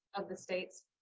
of the states.